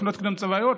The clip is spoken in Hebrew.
מכינות קדם-צבאיות,